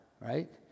right